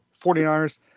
49ers